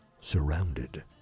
Surrounded